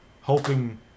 hoping